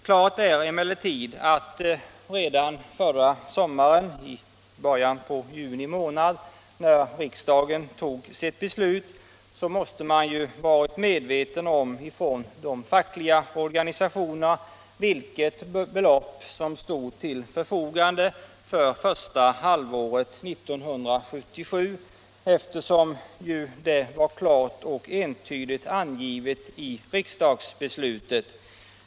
Klart är emellertid att de fackliga organisationerna redan förra sommaren, i början på juni månad när riksdagen fattade sitt beslut, måste ha varit medvetna om vilket belopp som stod till förfogande först halvåret 1977, eftersom det var klart och entydigt angivet i riksdagsbeslutet.